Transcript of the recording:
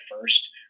first